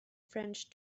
french